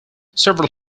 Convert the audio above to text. several